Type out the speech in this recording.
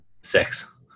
Six